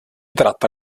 tratta